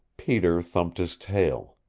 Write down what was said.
peter thumped his tail.